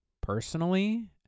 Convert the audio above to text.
personally